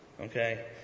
Okay